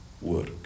work